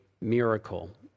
miracle